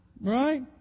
right